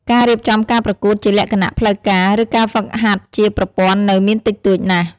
ការរៀបចំការប្រកួតជាលក្ខណៈផ្លូវការ ឬការហ្វឹកហាត់ជាប្រព័ន្ធនៅមានតិចតួចណាស់។